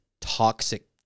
toxic